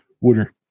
Water